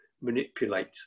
manipulate